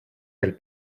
elles